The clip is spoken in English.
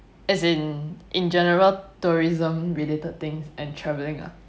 as in in general tourism related things and travelling ah